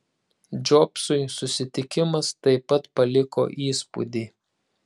džobsui susitikimas taip pat paliko įspūdį